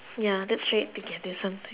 ya let's try it together some time